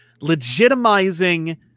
legitimizing